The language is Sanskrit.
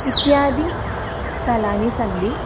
इत्यादि स्थलानि सन्ति